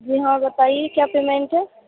جی ہاں بتائیے کیا پیمینٹ ہے